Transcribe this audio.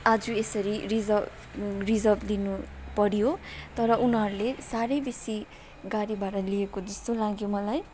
आज यसरी reserve reserve दिनु पऱ्यो तर उनीहरूले साह्रै बेसी गाडी भाडा लिएको जस्तो लाग्यो मलाई